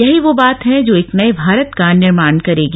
यही वो बात है जो एक नए भारत का निर्माण करेगी